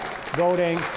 voting